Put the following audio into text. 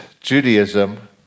Judaism